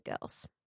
girls